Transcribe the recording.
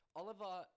Oliver